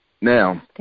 Now